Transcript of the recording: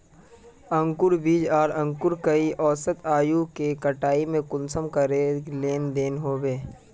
अंकूर बीज आर अंकूर कई औसत आयु के कटाई में कुंसम करे लेन देन होए?